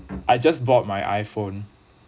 I just bought my iphone